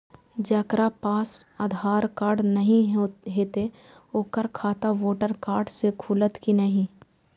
जकरा पास आधार कार्ड नहीं हेते ओकर खाता वोटर कार्ड से खुलत कि नहीं?